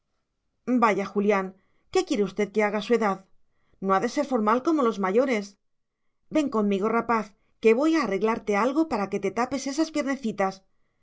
vaya julián qué quiere usted que haga a su edad no ha de ser formal como los mayores ven conmigo rapaz que voy a arreglarte algo para que te tapes esas